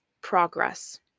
progress